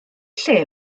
lle